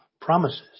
promises